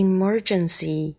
Emergency